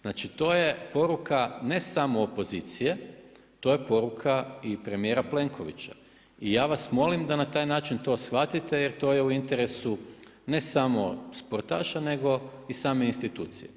Znači to je poruka, ne samo opozicije, to je poruka i premjera Plenkovića i ja vas molim da na taj način to shvatite, jer to je u interesu, ne samo sportaša, nego i same institucije.